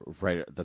right